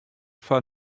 foar